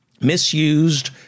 misused